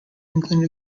england